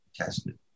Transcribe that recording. tested